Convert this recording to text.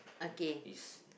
is